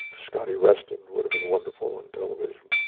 scotty rusten would have been wonderful in television.